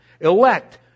elect